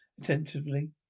attentively